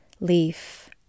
leaf